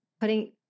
putting